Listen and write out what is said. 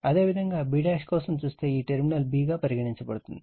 అదేవిధంగా అదేవిధంగా b కోసం చూస్తే ఈ టెర్మినల్ b గా పరిగణించబడుతుంది